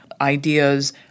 ideas